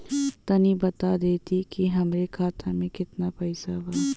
तनि बता देती की हमरे खाता में कितना पैसा बा?